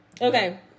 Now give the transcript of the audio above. Okay